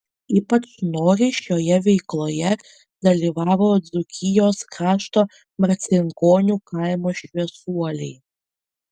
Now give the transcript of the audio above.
ypač noriai šioje veikloje dalyvavo dzūkijos krašto marcinkonių kaimo šviesuoliai